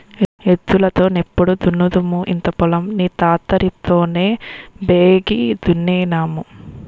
ఎద్దులు తో నెప్పుడు దున్నుదుము ఇంత పొలం ని తాటరి తోనే బేగి దున్నేన్నాము